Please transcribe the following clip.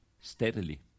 steadily